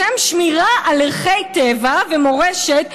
בשם שמירה על ערכי טבע ומורשת,